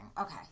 Okay